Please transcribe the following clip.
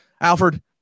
alfred